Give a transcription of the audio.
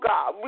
God